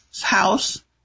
house